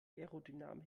aerodynamik